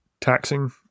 taxing